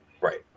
Right